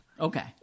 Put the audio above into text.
Okay